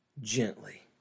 gently